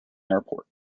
airport